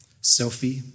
Sophie